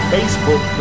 Facebook